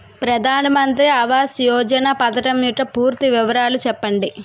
ప్రధాన మంత్రి ఆవాస్ యోజన పథకం యెక్క పూర్తి వివరాలు చెప్పండి?